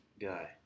Guy